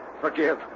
Forgive